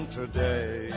today